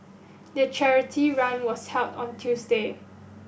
the charity run was held on Tuesday